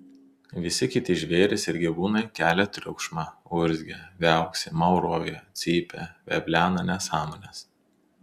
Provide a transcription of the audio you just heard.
visi kiti žvėrys ir gyvūnai kelia triukšmą urzgia viauksi mauroja cypia veblena nesąmones